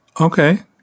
Okay